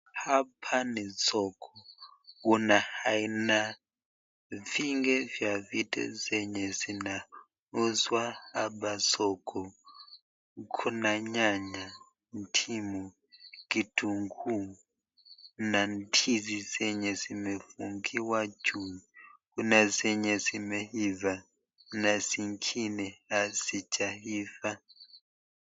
Hapa ni soko. Kuna aina vingi vya vitu zenye zinauzwa hapa soko. Kuna nyanya, ndimu kitunguu na ndizi zenye zimefungiwa juu. Kuna zenye zimeiva kuna zingine hazijaiva.